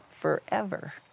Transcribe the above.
forever